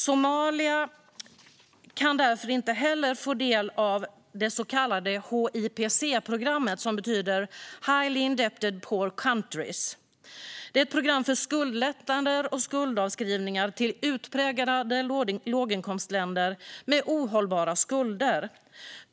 Somalia kan därför inte heller få del av det så kallade HIPC-programmet, Highly Indebted Poor Country, som är ett program för skuldlättnader och skuldavskrivningar till utpräglade låginkomstländer med ohållbara skulder.